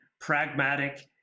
pragmatic